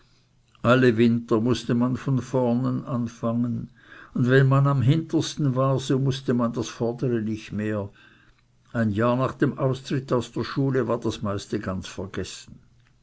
alle winter mußte man von vornen anfangen und wenn man am hintersten war so wußte man das vordere nicht mehr ein jahr nach dem austritt aus der schule war das meiste ganz vergessen